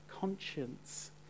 Conscience